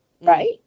right